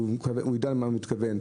ואני רוצה לתת תשובה.